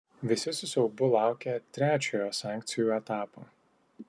visi su siaubu laukia trečiojo sankcijų etapo